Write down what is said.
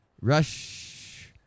Rush